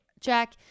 Jack